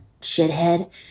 shithead